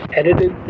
edited